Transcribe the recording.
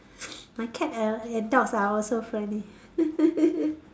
my cat and and dogs are also friendly